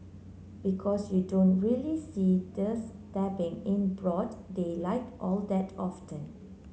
because you don't really see the stabbing in broad daylight all that often